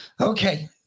Okay